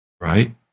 Right